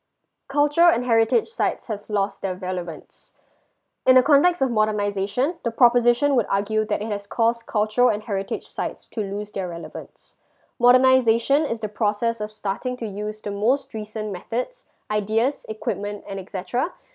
cultural and heritage sites have lost their relevance in the context of modernization the proposition would argue that it has caused culture and heritage sites to lose their relevance modernization is the process of starting to use the most recent methods ideas equipment and et cetera